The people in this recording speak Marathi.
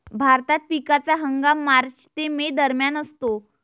भारतात पिकाचा हंगाम मार्च ते मे दरम्यान असतो